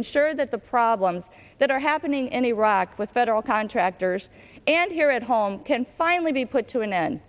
ensure that the problems that are happening in iraq with federal contractors and here at home can finally be put to an end